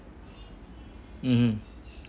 mm